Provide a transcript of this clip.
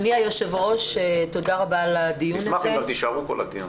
אשמח אם תישארו לשמוע גם אותם.